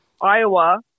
Iowa